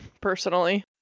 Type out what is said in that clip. Personally